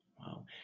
Wow